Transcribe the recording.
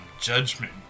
judgment